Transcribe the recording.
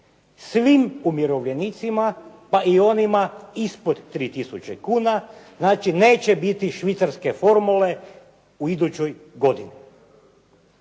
svim umirovljenicima pa i onima ispod 3 tisuće kuna. Znači, neće biti švicarske formule u idućoj godini